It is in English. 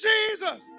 Jesus